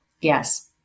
Yes